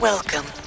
Welcome